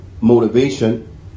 motivation